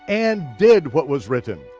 and did what was written.